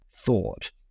thought